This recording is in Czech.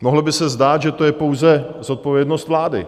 Mohlo by se zdát, že to je pouze zodpovědnost vlády.